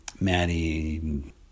Maddie